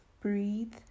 breathe